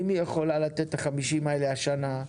אם היא יכולה לתת את ה-50 האלה השנה,